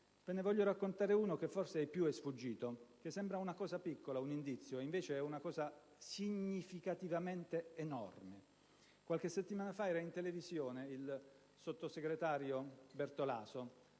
Ve ne voglio raccontare uno che forse ai più è sfuggito. Può sembrare una piccola cosa, un indizio, invece è significativamente enorme. Qualche settimana fa era in televisione il sottosegretario Bertolaso,